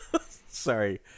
Sorry